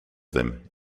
them